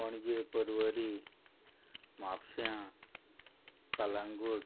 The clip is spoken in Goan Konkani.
पणजे परवरी म्हापश्यां कालांगूट